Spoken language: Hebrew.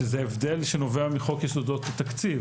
שזה הבדל שנובע מחוק יסודות התקציב.